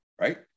right